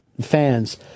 fans